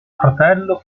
fratello